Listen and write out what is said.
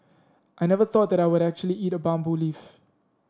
I never thought that I would actually eat a bamboo leaf